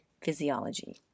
Physiology